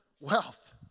wealth